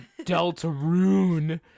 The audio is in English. Deltarune